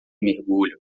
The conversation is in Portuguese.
mergulho